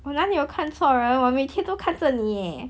我哪里有看错人我每天都看着你 eh